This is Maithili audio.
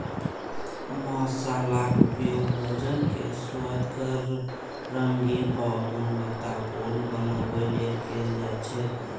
मसालाक उपयोग भोजन कें सुअदगर, रंगीन आ गुणवतत्तापूर्ण बनबै लेल कैल जाइ छै